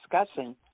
discussing